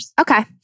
Okay